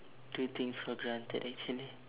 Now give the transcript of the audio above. do things for granted actually